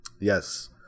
Yes